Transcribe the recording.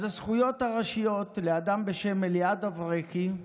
אז הזכויות הראשיות הן לאדם בשם אליעד אברקי,